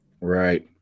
Right